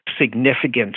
significant